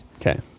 Okay